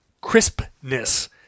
crispness